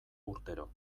urtero